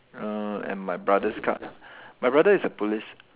err and my brother's card my brother is a police